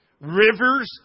Rivers